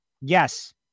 Yes